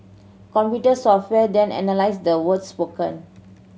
computer software then analyse the words spoken